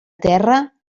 terra